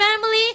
family